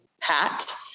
hat